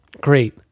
great